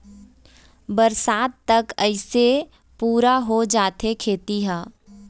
बरसात तक अइसे पुरा हो जाथे खेती ह